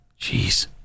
Jeez